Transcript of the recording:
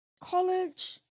college